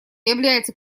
является